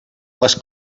les